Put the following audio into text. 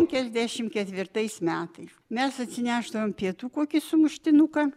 penkiasdešim ketvirtais metais mes atsinešdavom pietų kokį sumuštinuką